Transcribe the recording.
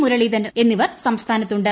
മുരളീധരൻ എന്നിവർ സംസ്ഥാനത്തുണ്ട്